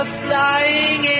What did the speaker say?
flying